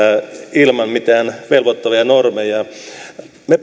ilman mitään velvoittavia normeja me